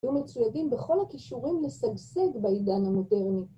יהיו מצויידים בכל הכישורים ‫לשגשג בעידן המודרני.